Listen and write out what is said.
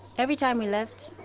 every time we left,